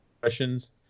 questions